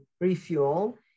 refuel